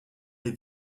les